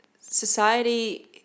society